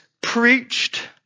preached